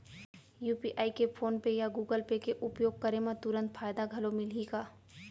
UPI के PhonePe या Google Pay के उपयोग करे म तुरंत फायदा घलो मिलही का?